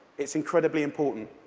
it's incredibly important.